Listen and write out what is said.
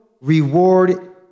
reward